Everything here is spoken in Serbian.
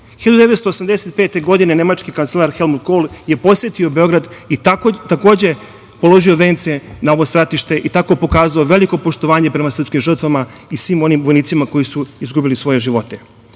1985. nemački kancelar Helmut Kol je posetio Beograd i takođe položio vence na ovo stratište i tako pokazao veliko poštovanje prema srpskim žrtvama i svim onima vojnicima koji su izgubili svoje živote. Danas